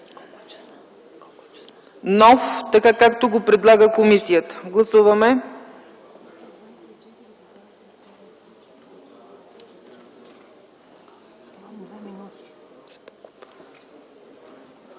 нов, така както го предлага комисията. Гласуваме.